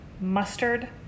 mustard